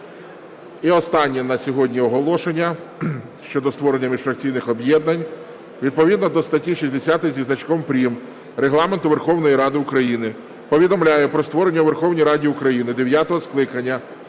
І останнє на сьогодні оголошення щодо створення міжфракційних об'єднань. Відповідно до статті 60 зі значком прим. Регламенту Верховної Ради України повідомляю про створення у Верховній Раді України дев'ятого скликання